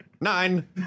Nine